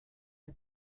the